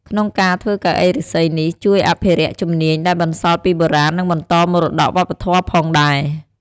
ក្នុងការធ្វើកៅអីពីឫស្សីនេះ ជួយអភិរក្សជំនាញដែលបន្សល់ពីបុរាណ និងបន្តមរតកវប្បធម៌ផងដែរ។